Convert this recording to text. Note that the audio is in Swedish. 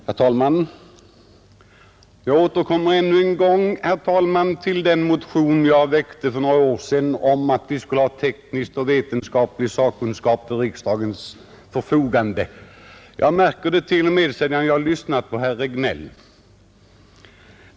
Herr talman! Jag återkommer ännu en gång till den motion jag väckte för några år sedan angående behovet av att teknisk och vetenskaplig sakkunskap ställs till riksdagens förfogande. Behovet härav framgick t.o.m. av det som herr Regnéll nu sade.